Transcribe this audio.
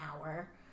hour